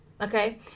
okay